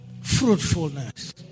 Fruitfulness